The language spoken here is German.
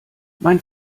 mein